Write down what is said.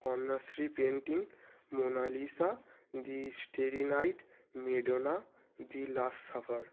Kanyashree painting Mona Lisa the story night Madonna the last supper